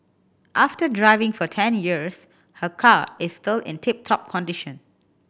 after driving for ten years her car is still in tip top condition